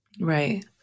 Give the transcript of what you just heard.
Right